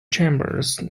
chambers